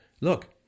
Look